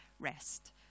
rest